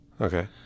Okay